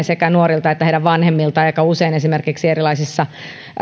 sekä nuorilta että heidän vanhemmiltaan aika usein esimerkiksi erilaisissa